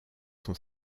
son